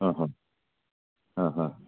ആഹാ ആഹാ